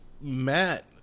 Matt